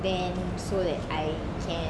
then so that I can